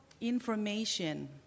Information